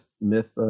myth